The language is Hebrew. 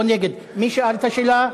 או, נגד, מי שאל את השאלה?